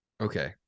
Okay